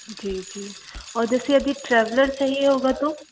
जी जी और जैसे अभी ट्रैवलर चाहिए होगा तो